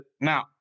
now